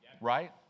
right